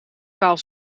kaal